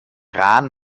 rahn